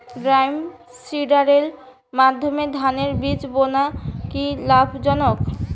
ড্রামসিডারের মাধ্যমে ধানের বীজ বোনা কি লাভজনক?